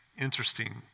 interesting